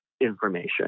information